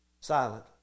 silent